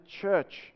church